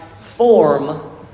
form